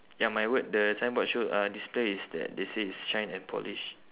ya my word the signboard show uh display is that they say is shine and polish